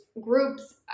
groups